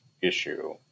issue